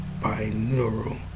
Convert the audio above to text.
binaural